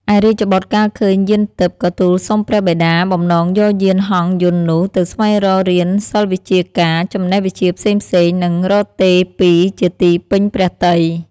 ឯរាជបុត្រកាលឃើញយានទិព្វ ក៏ទូលសុំព្រះបិតាបំណងយកយានហង្សយន្តនោះទៅស្វែងរករៀនសិល្ប៍វិជ្ជាការ ចំណេះវិជ្ជាផ្សេងៗ និងរកទេពីជាទីពេញព្រះទ័យ។